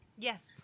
Yes